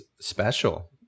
special